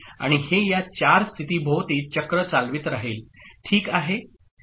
आणि हे या 4 स्थितीभोवती चक्र चालवित राहील ठीक आहे